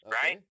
right